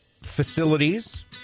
facilities